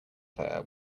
player